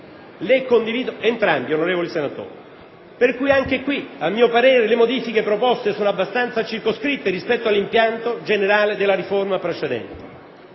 le condivido entrambe, onorevoli senatori, per cui anche qui a mio parere le modifiche proposte sono abbastanza circoscritte rispetto all'impianto generale della riforma precedente.